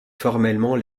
formellement